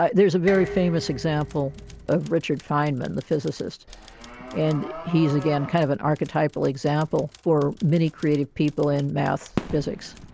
ah there's a very famous example of richard fineman the physicist and he's again kind of a archetypal example for many creative people in maths, physics.